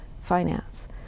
finance